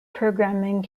programming